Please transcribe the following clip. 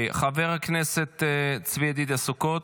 חבר הכנסת צבי ידידיה סוכות,